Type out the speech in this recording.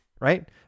right